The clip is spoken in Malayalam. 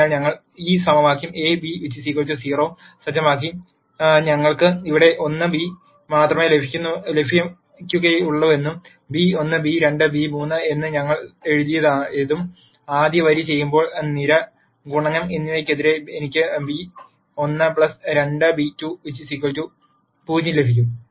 അതിനാൽ ഞങ്ങൾ ഈ സമവാക്യം A β 0 സജ്ജമാക്കി ഞങ്ങൾക്ക് ഇവിടെ 1 β മാത്രമേ ലഭിക്കുകയുള്ളൂവെന്നും b 1 b2 b3 എന്ന് ഞങ്ങൾ എഴുതിയതായും ആദ്യ വരി ചെയ്യുമ്പോൾ നിര ഗുണനം എന്നിവയ് ക്കെതിരേ എനിക്ക് b1 2b2 0 ലഭിക്കും